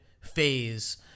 phase